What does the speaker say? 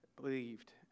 believed